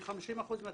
ל-50% מהתלמידים,